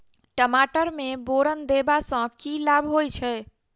टमाटर मे बोरन देबा सँ की लाभ होइ छैय?